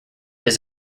his